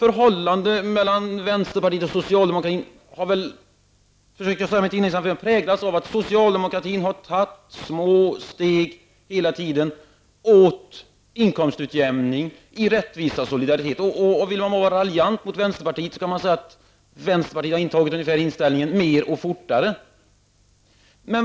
Förhållandet mellan vänsterpartiet och socialdemokraterna har väl, försökte jag säga i mitt inledningsanförande, präglats av att socialdemokraterna tidigare tagit små steg mot inkomstutjämning i rättvisa och solidaritet. Vill man vara raljant mot vänsterpartiet kan man säga att vänsterpartiet ungefär har intagit samma inställningen: men mer och fortare.